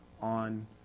on